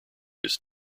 his